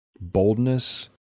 boldness